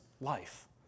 life